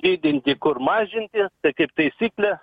didinti kur mažinti tai kaip taisyklė